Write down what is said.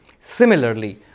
Similarly